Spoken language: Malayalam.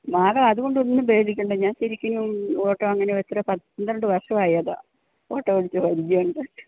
മാഡം അതുകൊണ്ടൊന്നും പേടിക്കേണ്ട ഞാൻ ശരിക്കിനും ഓട്ടോ അങ്ങനെ എത്രയാണ് പന്ത്രണ്ടു വർഷം ആയതാണ് ഓട്ടോ ഓടിച്ചു പരിചയമുണ്ട്